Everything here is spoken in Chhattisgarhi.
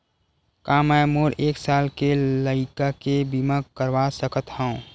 का मै मोर एक साल के लइका के बीमा करवा सकत हव?